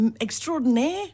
extraordinaire